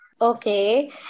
Okay